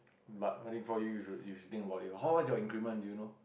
but what thing call you you should think about this how much your increment do you know